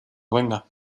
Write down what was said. venga